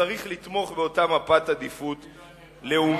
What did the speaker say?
שצריך לתמוך באותה מפת עדיפות לאומית.